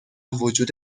وجود